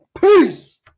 Peace